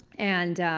and,